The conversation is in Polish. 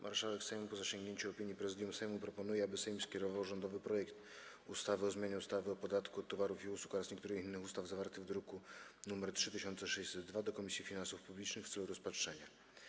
Marszałek Sejmu, po zasięgnięciu opinii Prezydium Sejmu, proponuje, aby Sejm skierował rządowy projekt ustawy o zmianie ustawy o podatku od towarów i usług oraz niektórych innych ustaw, zawarty w druku nr 3602, do Komisji Finansów Publicznych w celu rozpatrzenia.